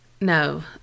no